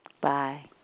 Bye